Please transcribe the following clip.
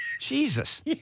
Jesus